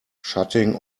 shutting